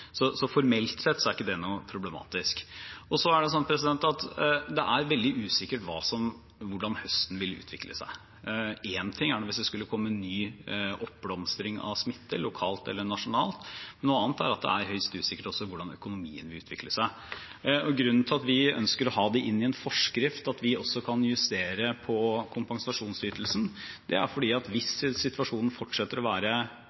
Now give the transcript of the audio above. Så formelt sett er ikke det problematisk. Så er det sånn at det er veldig usikkert hvordan høsten vil utvikle seg. Én ting er hvis det skulle komme ny oppblomstring av smitte, lokalt eller nasjonalt, noe annet er at det også er høyst usikkert hvordan økonomien vil utvikle seg. Grunnen til at vi ønsker å ha inn i en forskrift at vi også kan justere kompensasjonsytelsen, er at hvis situasjonen fortsetter å være